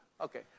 Okay